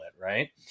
right